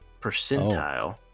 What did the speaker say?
percentile